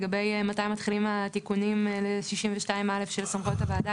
לגבי מתי מתחילים התיקונים ל-62א של סמכויות הוועדה,